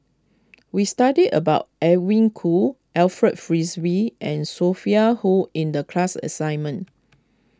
we studied about Edwin Koo Alfred Frisby and Sophia Hull in the class assignment